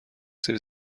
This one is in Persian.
سری